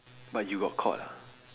but you got caught ah